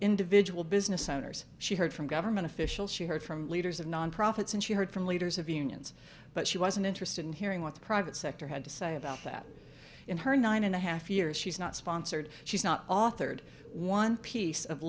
individual business owners she heard from government officials she heard from leaders of nonprofits and she heard from leaders of unions but she wasn't interested in hearing what the private sector had to say about that in her nine and a half years she's not sponsored she's not authored one piece of